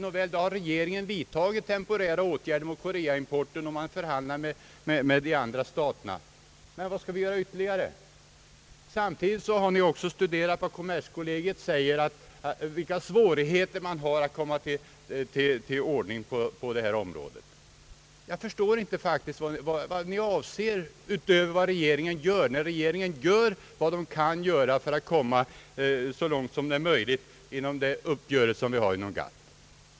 Nåväl, regeringen har vidtagit temporära åtgärder mot koreaimporten och man förhandlar med de andra staterna. Men vad skall vi göra ytterligare? Samtidigt har ni också studerat vad kommerskollegium säger om svårighe terna att komma till rätta med detta område, Jag förstår faktiskt inte vad ni vill att regeringen skall göra utöver vad den gör — regeringen gör vad som är möjligt inom ramen för uppgörelsen i GATT.